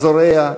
הזורע,